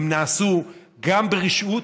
הן נעשו גם ברשעות,